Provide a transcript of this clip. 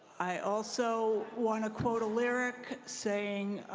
i also want to quote a lyric saying